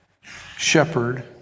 shepherd